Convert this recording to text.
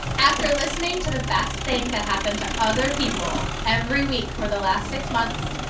after listening to the best thing that happened to other people every week for the last six months,